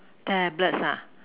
tablets ah